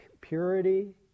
purity